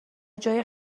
جای